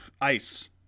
ice